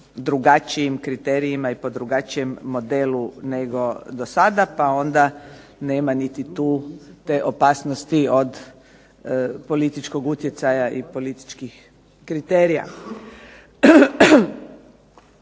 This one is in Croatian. drugačijim kriterijima i po drugačijem modelu nego do sada, pa onda nema niti tu te opasnosti od političkog utjecaja i političkih kriterija.